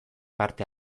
parte